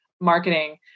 marketing